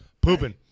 pooping